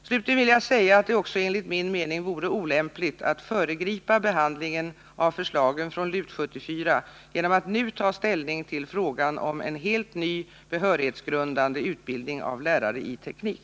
Slutligen vill jag säga att det också enligt min mening vore olämpligt att föregripa behandlingen av förslagen från LUT 74 genom att nu ta ställning till frågan om en helt ny behörighetsgrundande utbildning av lärare i teknik.